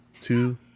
two